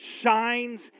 shines